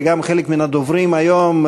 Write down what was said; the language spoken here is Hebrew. וגם חלק מהדוברים היום,